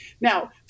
Now